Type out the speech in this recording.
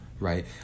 right